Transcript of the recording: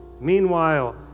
Meanwhile